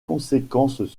conséquences